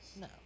No